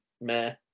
meh